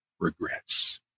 regrets